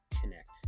connect